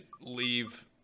leave